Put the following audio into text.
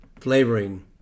flavoring